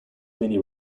many